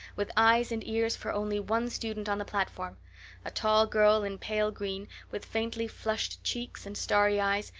with eyes and ears for only one student on the platform a tall girl in pale green, with faintly flushed cheeks and starry eyes,